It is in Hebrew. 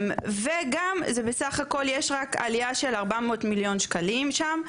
וגם זה בסך הכל יש רק עלייה של 400 מיליון שקלים שם,